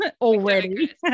already